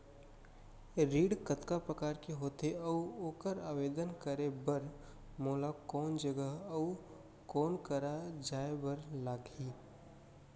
ऋण कतका प्रकार के होथे अऊ ओखर आवेदन करे बर मोला कोन जगह अऊ कोन करा जाए बर लागही?